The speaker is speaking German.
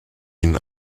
ihnen